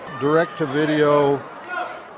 direct-to-video